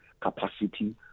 capacity